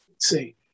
see